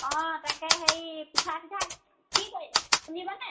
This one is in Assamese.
তাকে হেৰি পিঠা চিঠা কি কৰিলে খুন্দিবনে